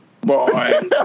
Boy